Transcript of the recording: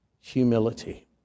humility